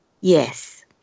Yes